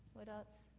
what else?